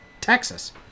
Texas